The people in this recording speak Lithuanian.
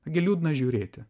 gi liūdna žiūrėti